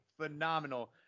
phenomenal